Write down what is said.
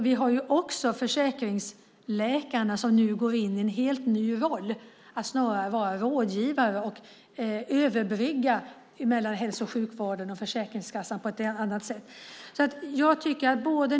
Vi har också försäkringsläkarna, som nu går in i en helt ny roll, att snarare vara rådgivare och överbrygga mellan hälso och sjukvården och Försäkringskassan på ett annat sätt.